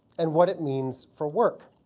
and what it means for work.